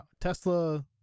Tesla